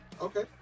Okay